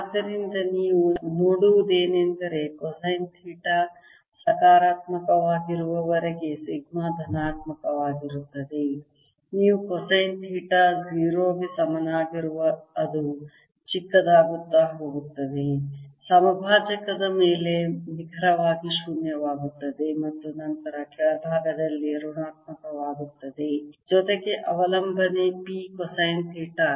ಆದ್ದರಿಂದ ನೀವು ನೋಡುವುದೇನೆಂದರೆ ಕೊಸೈನ್ ಥೀಟಾ ಸಕಾರಾತ್ಮಕವಾಗಿರುವವರೆಗೆ ಸಿಗ್ಮಾ ಧನಾತ್ಮಕವಾಗಿರುತ್ತದೆ ನೀವು ಕೊಸೈನ್ ಥೀಟಾ 0 ಗೆ ಸಮನಾಗಿರುವಾಗ ಅದು ಚಿಕ್ಕದಾಗುತ್ತಾ ಹೋಗುತ್ತದೆ ಸಮಭಾಜಕದ ಮೇಲೆ ನಿಖರವಾಗಿ ಶೂನ್ಯವಾಗುತ್ತದೆ ಮತ್ತು ನಂತರ ಕೆಳಭಾಗದಲ್ಲಿ ಋಣಾತ್ಮಕವಾಗುತ್ತದೆ ಜೊತೆಗೆ ಅವಲಂಬನೆ p ಕೊಸೈನ್ ಥೀಟಾ